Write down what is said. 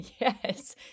Yes